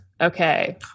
Okay